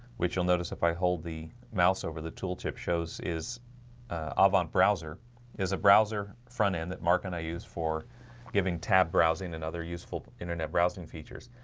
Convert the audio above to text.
which you'll notice if i hold the mouse over the tooltip shows is avant browser is a browser front-end that mark and i use for giving tabbed browsing and other useful internet browsing features.